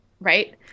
right